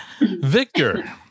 Victor